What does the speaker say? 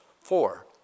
four